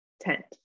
tent